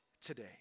today